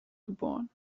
geboren